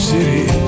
City